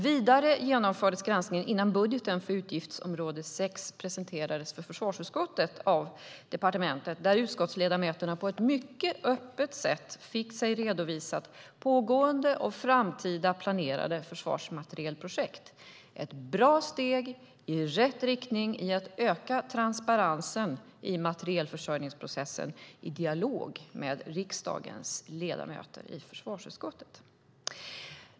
Vidare genomfördes granskningen innan budgeten för utgiftsområde 6 presenterades för försvarsutskottet av departementet, där utskottsledamöterna på ett mycket öppet sätt fick sig redovisat pågående och framtida planerade försvarsmaterielprojekt - ett bra steg i rätt riktning för att öka transparensen i materielförsörjningsprocessen i dialog med riksdagens ledamöter i försvarsutskottet.